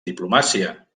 diplomàcia